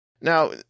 Now